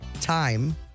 time